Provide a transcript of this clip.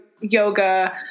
yoga